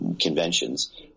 conventions